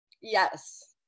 Yes